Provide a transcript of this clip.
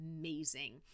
amazing